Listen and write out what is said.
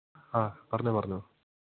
ആ പറഞ്ഞോ പറഞ്ഞോ